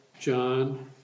John